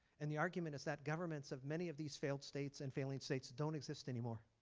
and the argument is that governments of many of these failed states and failing states don't exist anymore.